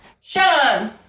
Sean